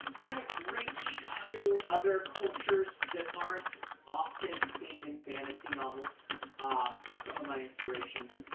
kind of reach to other cultures that aren't often seen in fantasy novels for some of my inspirations.